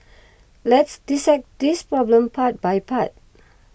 let's dissect this problem part by part